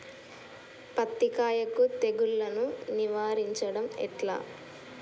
పత్తి కాయకు తెగుళ్లను నివారించడం ఎట్లా?